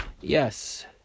Yes